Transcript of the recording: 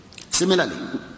Similarly